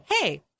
hey